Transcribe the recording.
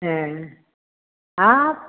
ए हाब